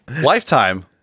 Lifetime